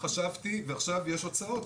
חשבתי ועכשיו יש הוצאות,